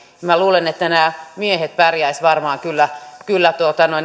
minä luulen että nämä miehet pärjäisivät varmaan kyllä kyllä